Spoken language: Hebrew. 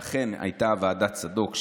ואכן הייתה ועדת צדוק,